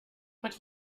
but